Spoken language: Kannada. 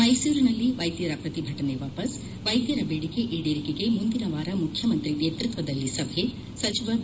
ಮೈಸೂರಿನಲ್ಲಿ ವೈದ್ಯರ ಪ್ರತಿಭಟನೆ ವಾಪಸ್ ವೈದ್ಯರ ಬೇಡಿಕೆ ಈಡೇರಿಕೆಗೆ ಮುಂದಿನ ವಾರ ಮುಖ್ಯಮಂತ್ರಿ ನೇತೃತ್ವದಲ್ಲಿ ಸಭೆ ಸಚಿವ ಬಿ